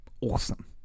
awesome